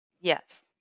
yes